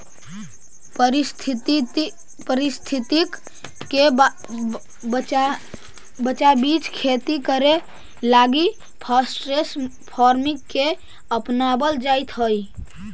पारिस्थितिकी के बचाबित खेती करे लागी फॉरेस्ट फार्मिंग के अपनाबल जाइत हई